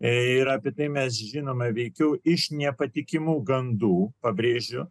ir apie tai mes žinome veikiau iš nepatikimų gandų pabrėžiu